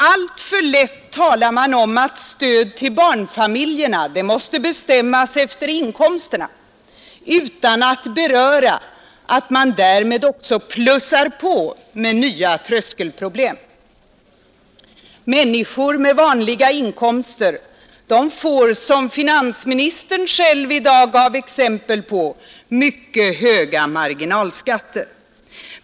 Alltför lätt talar man om att stödet till barnfamiljerna måste bestämmas efter inkomsterna, utan att man berör att man därmed också plussar på med nya tröskelproblem. Människor med vanliga inkomster får, som finansministern själv i dag gav exempel på, mycket höga marginalskatter.